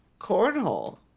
cornhole